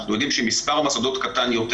אנחנו יודעים שמספר המוסדות קטן יותר.